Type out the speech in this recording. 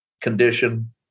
condition